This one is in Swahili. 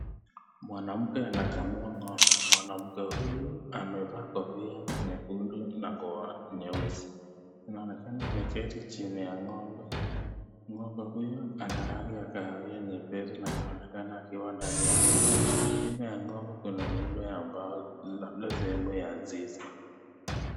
Mwanamke anakamua ng'ombe, mwanamke huyu amevaa kofia nyekundu na nguo nyeusi. Inaonekana ameketi chini ya ng'ombe, ng'ombe huyo ana rangi ya kahawia nyepesi na anaonekana akiwa ndani ya zizi. Nyuma ya ng'ombe kuna miundo za mbao labda sehemu ya zizi.